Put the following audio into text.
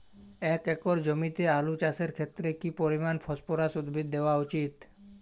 এক একর জমিতে আলু চাষের ক্ষেত্রে কি পরিমাণ ফসফরাস উদ্ভিদ দেওয়া উচিৎ?